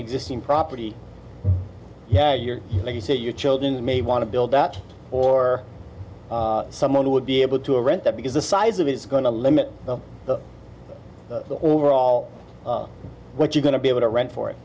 existing property yeah you're going to say your children may want to build out or someone would be able to rent that because the size of it's going to limit the overall what you're going to be able to rent for it